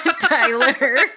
Tyler